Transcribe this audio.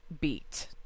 beat